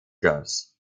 girls